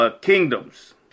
kingdoms